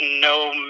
no